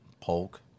Polk